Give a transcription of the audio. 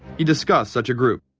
he discussed such a group.